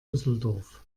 düsseldorf